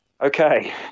okay